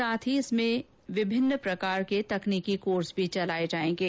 साथ ही विभिन्न प्रकार के तकनीकी कोर्स भी चलाए जाएंगे